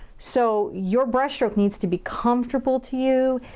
so, your brush stroke needs to be comfortable to you.